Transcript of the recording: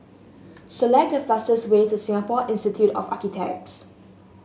select the fastest way to Singapore Institute of Architects